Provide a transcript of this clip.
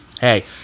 hey